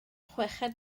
chweched